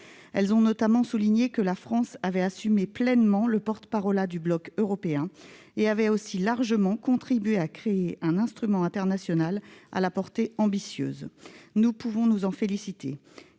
Elles ont notamment souligné que la France avait pleinement assumé le rôle de porte-parole du bloc européen, et avait ainsi largement contribué à la création d'un instrument international de portée ambitieuse. Nous pouvons nous en féliciter.